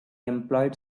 employed